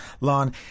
lawn